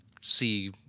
see